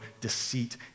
deceit